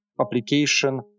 application